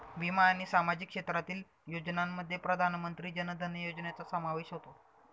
विमा आणि सामाजिक क्षेत्रातील योजनांमध्ये प्रधानमंत्री जन धन योजनेचा समावेश होतो